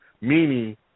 meaning